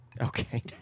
Okay